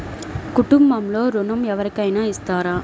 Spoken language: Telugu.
కుటుంబంలో ఋణం ఎవరికైనా ఇస్తారా?